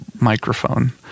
microphone